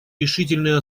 решительное